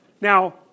Now